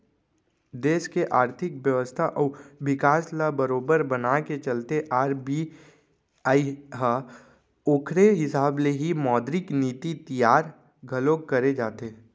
देस के आरथिक बेवस्था अउ बिकास ल बरोबर बनाके चलथे आर.बी.आई ह ओखरे हिसाब ले ही मौद्रिक नीति तियार घलोक करे जाथे